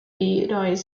lies